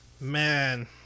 man